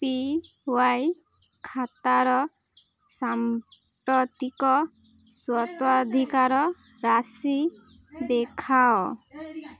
P Y ଖାତାର ସାମ୍ପ୍ରତିକ ସ୍ୱତ୍ୱାଧିକାର ରାଶି ଦେଖାଅ